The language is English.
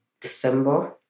December